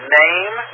name